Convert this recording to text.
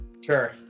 Sure